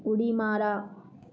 उडी मारा